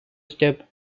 step